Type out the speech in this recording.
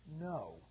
no